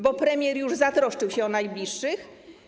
Bo premier już zatroszczył się o najbliższych.